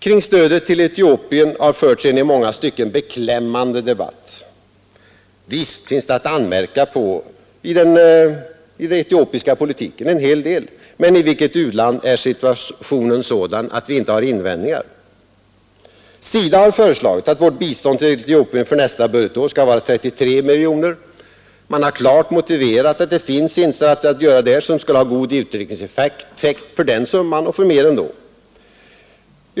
Kring stödet till Etiopien har förts en i många stycken beklämmande debatt. Visst finns det en hel del att anmärka på i den etiopiska politiken, men i vilket u-land är situationen sådan att vi inte har invändningar? SIDA har föreslagit att vårt bistånd till Etiopien för nästa budgetår skall vara 33 miljoner kronor. Man har klart motiverat att det finns insatser att göra där som skulle ha god utvecklingseffekt — för den summan och för mer ändå.